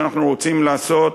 שאנחנו רוצים לעשות,